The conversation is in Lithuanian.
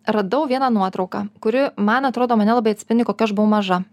radau vieną nuotrauką kuri man atrodo mane labai atspindi kokia aš buvau maža